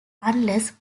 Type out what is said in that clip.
unless